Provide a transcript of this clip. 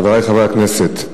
חברי חברי הכנסת,